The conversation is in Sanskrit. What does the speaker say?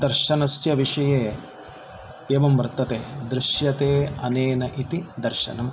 दर्शनस्य विषये एवं वर्तते दृश्यते अनेन इति दर्शनम्